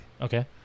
Okay